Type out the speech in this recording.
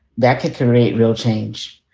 that could create real change.